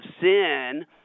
sin